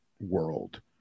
world